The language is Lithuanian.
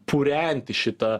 purenti šitą